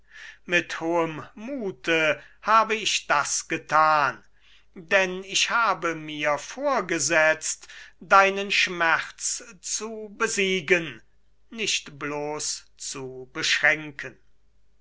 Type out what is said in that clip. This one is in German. mit hohem muthe habe ich das gethan denn ich habe mir vorgesetzt deinen schmerz zu besiegen nicht zu beschränken